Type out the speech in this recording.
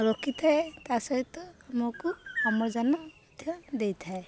ରଖିଥାଏ ତା ସହିତ ଆମକୁ ଅମ୍ଳଜାନ ମଧ୍ୟ ଦେଇଥାଏ